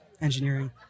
engineering